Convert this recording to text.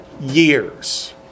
years